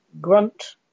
grunt